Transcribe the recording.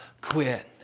quit